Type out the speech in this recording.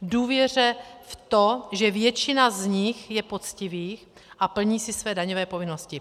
Důvěře v to, že většina z nich je poctivých a plní své daňové povinnosti.